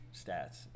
stats